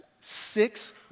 six